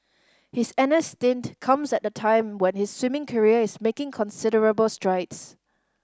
his N S stint comes at a time when his swimming career is making considerable strides